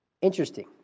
Interesting